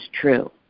true